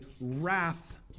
wrath